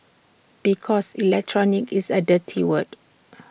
because electronic is A dirty word